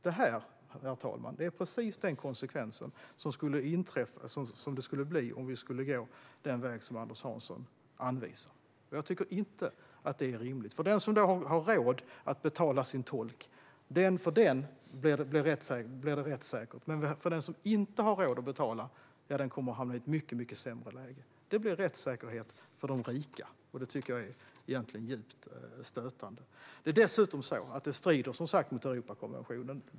Detta är precis den konsekvens, herr talman, som skulle bli följden om vi går den väg Anders Hansson anvisar. Jag tycker inte att det är rimligt. För den som har råd att betala sin tolk blir det rättssäkert, men den som inte har råd att betala kommer att hamna i ett mycket sämre läge. Det blir en rättssäkerhet för de rika. Det tycker jag är djupt stötande. Dessutom strider detta som sagt mot Europakonventionen.